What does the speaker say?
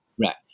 Right